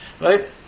Right